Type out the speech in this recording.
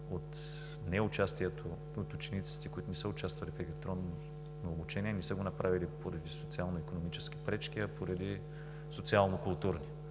от учениците, които не са участвали в електронно обучение, не са го направили поради социално-икономически пречки, а поради социално-културни,